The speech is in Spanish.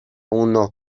uno